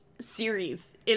series